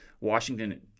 Washington